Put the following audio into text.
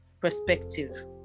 Perspective